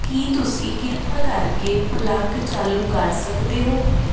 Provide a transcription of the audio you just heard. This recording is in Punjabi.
ਕੀ ਤੁਸੀਂ ਕਿਰਪਾ ਕਰਕੇ ਪਲੱਗ ਚਾਲੂ ਕਰ ਸਕਦੇ ਹੋ